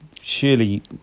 Surely